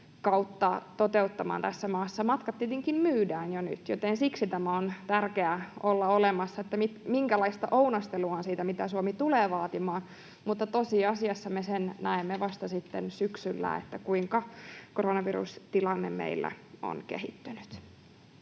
talvikautta toteuttamaan tässä maassa. Matkat tietenkin myydään jo nyt, joten siksi tämän on tärkeää olla olemassa, että on jonkinlaista ounastelua siitä, mitä Suomi tulee vaatimaan. Mutta tosiasiassa me näemme vasta sitten syksyllä, kuinka koronavirustilanne meillä on kehittynyt.